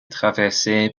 traversée